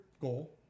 goal